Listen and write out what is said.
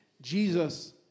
Jesus